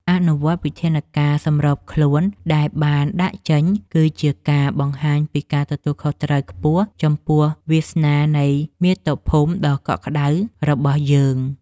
អនុវត្តវិធានការសម្របខ្លួនដែលបានដាក់ចេញគឺជាការបង្ហាញពីការទទួលខុសត្រូវខ្ពស់ចំពោះវាសនានៃមាតុភូមិដ៏កក់ក្ដៅរបស់យើង។